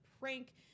prank